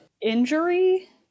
injury